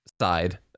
side